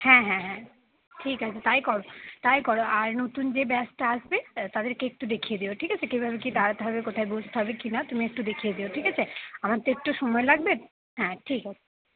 হ্যাঁ হ্যাঁ হ্যাঁ ঠিক আছে তাই করো তাই করো আর নতুন যে ব্যাচটা আসবে তাদেরকে একটু দেখিয়ে দিও ঠিক আছে কীভাবে কি দাঁড়াতে হবে কোথায় বসতে হবে কিনা তুমি একটু দেখিয়ে দিও ঠিক আছে আমার তো একটু সময় লাগবে হ্যাঁ ঠিক আছে